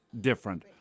different